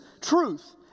truth